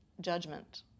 judgment